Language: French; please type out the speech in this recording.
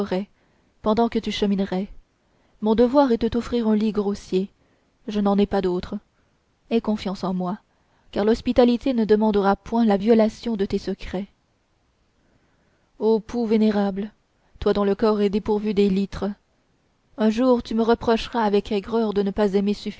pendant que tu cheminerais mon devoir est de t'offrir un lit grossier je n'en ai pas d'autre aie confiance en moi car l'hospitalité ne demandera point la violation de tes secrets o pou vénérable toi dont le corps est dépourvu d'élytres un jour tu me reprochas avec aigreur de ne pas aimer